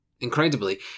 Incredibly